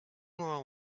more